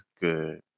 good